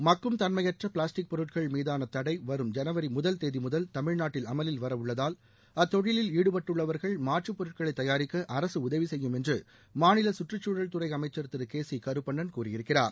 மக்கும் தன்மையற்ற பிளாஸ்டிக் பொருட்கள் மீதான தடை வரும் ஜனவரி முதல் தேதி முதல் தமிழ்நாட்டில் அமலில் வர உள்ளதால் அத்தொழிலில் ஈடுபட்டுள்ளவர்கள் மாற்றுப் பொருட்களை தயாரிக்க அரசு உதவி செய்யும் என்று மாநில கற்றுச்சூழல் துறை அமைச்சர் திரு கே சி கருப்பண்ணன் கூறியிருக்கிறார்